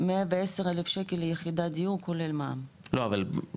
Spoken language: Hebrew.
110 אלף שקל ליחידת דיור כולל מע"מ לבנייה,